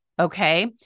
Okay